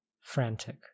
frantic